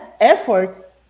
effort